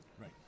Right